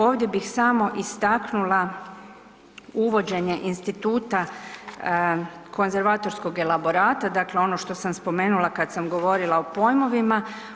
Ovdje bih samo istaknula uvođenje instituta konzervatorskog elaborata, dakle ono što sam spomenula kad sam govorila o pojmovima.